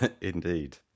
Indeed